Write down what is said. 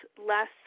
less